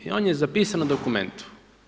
I on je zapisan u dokumentu.